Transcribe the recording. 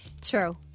True